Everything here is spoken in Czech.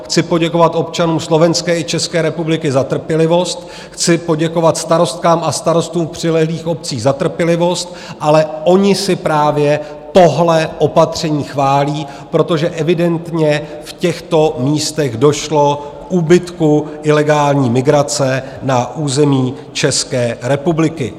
Chci poděkovat občanům Slovenské i České republiky za trpělivost, chci poděkovat starostkám a starostům přilehlých obcí za trpělivost, ale oni si právě tohle opatření chválí, protože evidentně v těchto místech došlo k úbytku ilegální migrace na území České republiky.